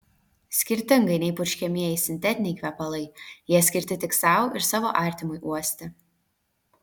skirtingai nei purškiamieji sintetiniai kvepalai jie skirti tik sau ir savo artimui uosti